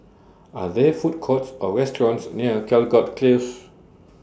Are There Food Courts Or restaurants near Caldecott Close